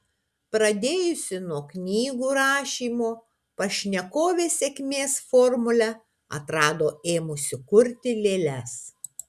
pradėjusi nuo knygų rašymo pašnekovė sėkmės formulę atrado ėmusi kurti lėles